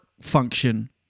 function